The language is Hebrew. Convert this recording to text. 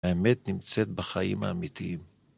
האמת נמצאת בחיים האמיתיים.